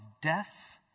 death